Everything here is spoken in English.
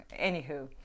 Anywho